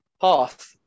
path